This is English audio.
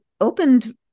opened